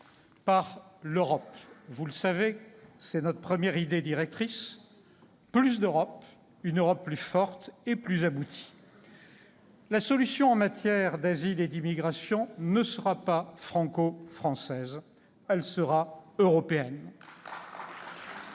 par l'Europe ; vous le savez, c'est notre première idée directrice : plus d'Europe, une Europe plus forte et plus aboutie. La solution en matière d'asile et d'immigration ne sera pas franco-française, elle sera européenne. Que